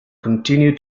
continue